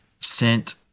sent